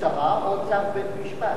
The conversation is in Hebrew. משטרה או צו בית-משפט.